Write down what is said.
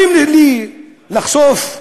באים לחשוף,